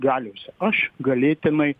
galiose aš galėtinai